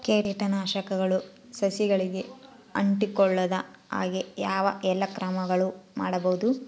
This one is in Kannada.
ಕೇಟನಾಶಕಗಳು ಸಸಿಗಳಿಗೆ ಅಂಟಿಕೊಳ್ಳದ ಹಾಗೆ ಯಾವ ಎಲ್ಲಾ ಕ್ರಮಗಳು ಮಾಡಬಹುದು?